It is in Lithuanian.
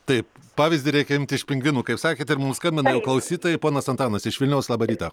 taip pavyzdį reikia imti iš pingvinų kaip sakėt ir mums skambina jau klausytojai ponas antanas iš vilniaus labą rytą